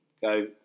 go